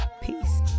peace